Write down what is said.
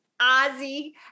Ozzy